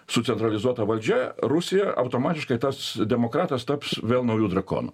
su centralizuota valdžia rusija automatiškai tas demokratas taps vėl nauju drakonu